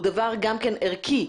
הוא דבר גם כן ערכי.